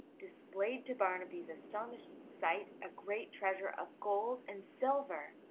displayed to barnaby's astonished sight a great treasure of gold and silver!